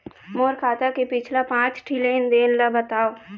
मोर खाता के पिछला पांच ठी लेन देन ला बताव?